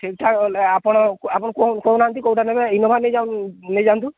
ଠିକ୍ ଠାକ୍ ବୋଲେ ଆପଣ ଆପଣ କହୁନାହାନ୍ତି କୋଉଟା ନେବେ ଇନୋଭା ନେଇ ନେଇଯାନ୍ତୁ